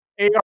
AR